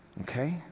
Okay